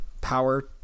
power